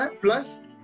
plus